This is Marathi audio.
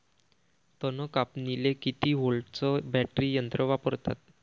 तन कापनीले किती व्होल्टचं बॅटरी यंत्र वापरतात?